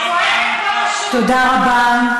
תודה רבה.